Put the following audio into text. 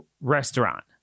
restaurant